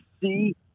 see